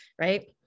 right